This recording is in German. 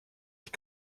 ich